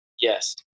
yes